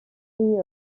ont